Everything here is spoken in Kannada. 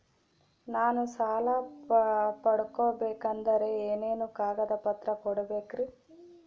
ನಾನು ಸಾಲ ಪಡಕೋಬೇಕಂದರೆ ಏನೇನು ಕಾಗದ ಪತ್ರ ಕೋಡಬೇಕ್ರಿ?